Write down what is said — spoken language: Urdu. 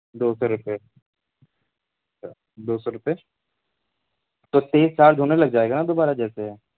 دو سو روپے اچھا دو سو روپے تو تیز چارج ہونے لگ جائے گا نا دوبارہ جیسے